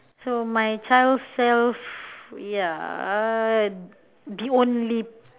so my child self ya the only